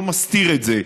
לא מסתיר את זה: